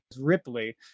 Ripley